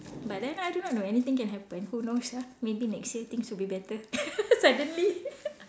but then I do not know anything can happen who knows ah maybe next year things will be better suddenly